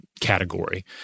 category